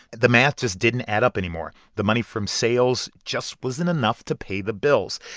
the math just didn't add up anymore. the money from sales just wasn't enough to pay the bills.